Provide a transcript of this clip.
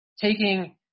taking